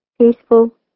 peaceful